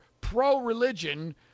pro-religion